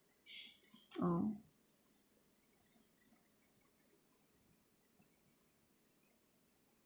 oh